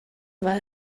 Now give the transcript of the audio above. war